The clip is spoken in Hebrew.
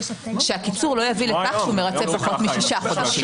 שהקיצור לא יביא לכך שהוא מרצה פחות משישה חודשים.